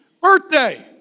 birthday